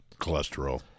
cholesterol